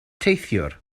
teithiwr